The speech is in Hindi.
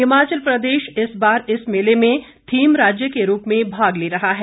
हिमाचल प्रदेश इस बार इस मेले में थीम राज्य के रूप में भाग ले रहा है